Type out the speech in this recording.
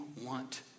want